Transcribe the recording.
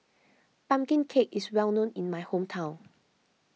Pumpkin Cake is well known in my hometown